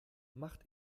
macht